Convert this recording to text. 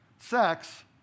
Sex